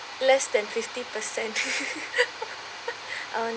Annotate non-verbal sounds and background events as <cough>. less than fifty per cent <laughs>